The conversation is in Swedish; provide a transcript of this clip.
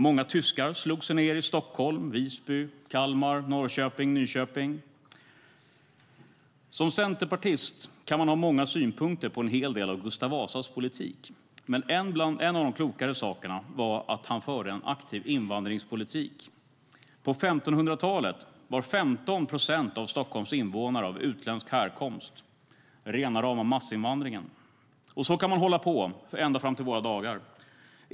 Många tyskar slog sig ned i Stockholm, Visby, Kalmar, Norrköping och Nyköping. Som centerpartist kan man ha många synpunkter på en hel del av Gustav Vasas politik, men en av de klokare sakerna var att han förde en aktiv invandringspolitik. På 1500-talet var 15 procent av Stockholms invånare av utländsk härkomst - rena rama massinvandringen. Så kan man hålla på ända fram till våra dagar.